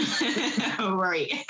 Right